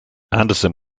anderson